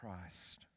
Christ